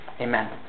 Amen